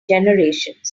generations